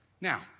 Now